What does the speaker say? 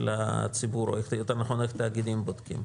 הציבור או יותר נכון איך התאגידים בודקים?